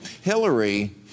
Hillary